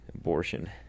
abortion